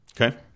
Okay